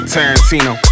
Tarantino